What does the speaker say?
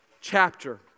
chapter